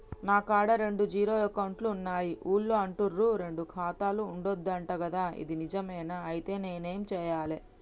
నా కాడా రెండు జీరో అకౌంట్లున్నాయి ఊళ్ళో అంటుర్రు రెండు ఖాతాలు ఉండద్దు అంట గదా ఇది నిజమేనా? ఐతే నేనేం చేయాలే?